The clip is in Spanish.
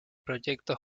proyecto